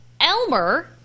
Elmer